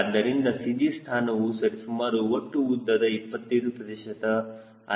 ಆದ್ದರಿಂದ CG ಸ್ಥಾನವು ಸರಿಸುಮಾರು ಒಟ್ಟು ಉದ್ದದ 25 ಪ್ರತಿಶತ ಆಗಿರುತ್ತದೆ